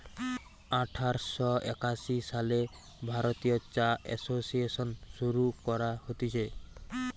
আঠার শ একাশি সালে ভারতীয় চা এসোসিয়েসন শুরু করা হতিছে